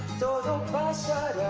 todo pasar